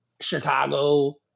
Chicago